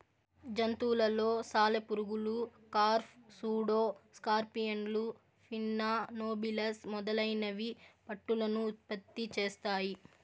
జంతువులలో సాలెపురుగులు, కార్ఫ్, సూడో స్కార్పియన్లు, పిన్నా నోబిలస్ మొదలైనవి పట్టును ఉత్పత్తి చేస్తాయి